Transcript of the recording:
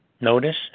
Notice